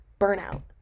burnout